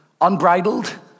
unbridled